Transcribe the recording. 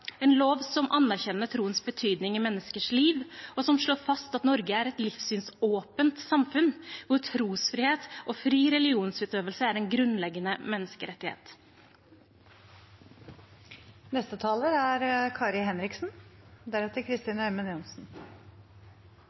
en lov som anerkjenner troens betydning i menneskers liv, og som slår fast at Norge er et livssynsåpent samfunn, hvor trosfrihet og fri religionsutøvelse er en grunnleggende